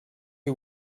who